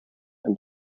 and